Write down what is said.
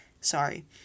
Sorry